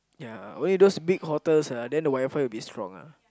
yeah only those big hotels ah then the WiFi will be strong ah